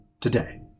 Today